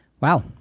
Wow